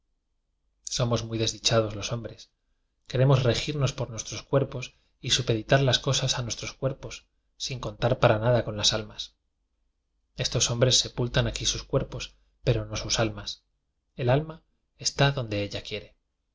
somos muy desdichados los hombres queremos regirnos por nuestros cuerpos y supeditar las cosas a nuestros cuerpos sin contar para nada con las almas estos hombres sepultan aquí sus cuerpos pero no sus almas el alma está donde ella quie